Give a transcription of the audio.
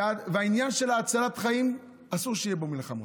העניין של הצלת חיים, אסור שיהיו בו מלחמות.